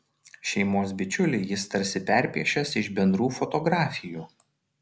šeimos bičiulį jis tarsi perpiešęs iš bendrų fotografijų